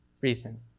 reason